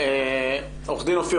בבקשה, עו"ד אופיר